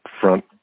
front